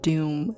Doom